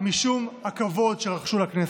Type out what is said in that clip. משום הכבוד שרחשו לכנסת.